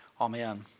Amen